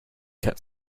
kept